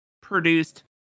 produced